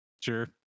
Sure